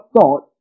thought